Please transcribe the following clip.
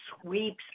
sweeps